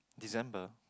December